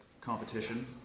competition